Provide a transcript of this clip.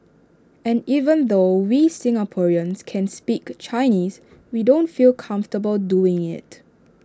and even though we Singaporeans can speak Chinese we don't feel comfortable doing IT